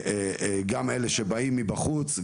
גם אלה שבאים מבחוץ,